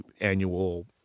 annual